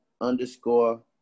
underscore